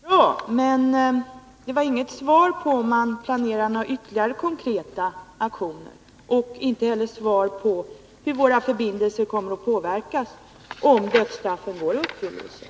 Herr talman! Det är bra. Men det är inget svar på frågan om man planerar några ytterligare konkreta aktioner, och inte heller svar på frågan hur våra förbindelser kommer att påverkas om dödsstraffen går i uppfyllelse.